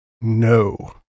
no